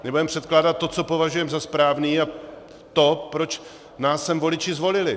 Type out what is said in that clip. My budem předkládat to, co považujem za správný, a to, proč nás sem voliči zvolili.